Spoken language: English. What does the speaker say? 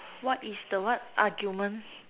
what is the what argument